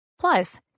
Plus